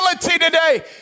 today